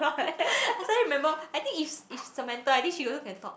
I still remember I think is is Samantha I think she also can talk